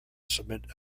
submit